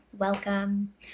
welcome